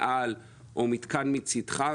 מעליך או מצדך.